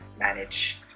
manage